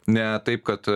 ne taip kad